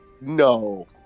No